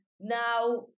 now